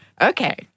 Okay